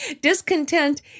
Discontent